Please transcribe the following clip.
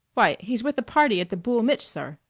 why, he's with a party at the boul' mich', sir.